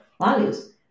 values